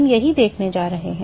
हम यही देखने जा रहे हैं